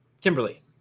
Kimberly